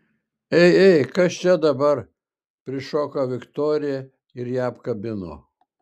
ei ei kas čia dabar prišoko viktorija ir ją apkabino